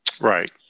Right